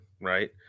right